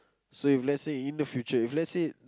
so if let's say in the future if let's say